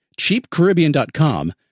CheapCaribbean.com